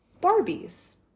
barbies